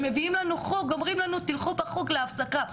הם מביאים לנו חוג ואומרים לנו "תלכו בחוג להפסקה",